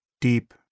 deep